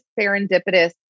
serendipitous